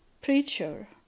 preacher